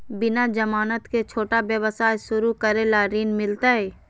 बिना जमानत के, छोटा व्यवसाय शुरू करे ला ऋण मिलतई?